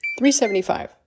375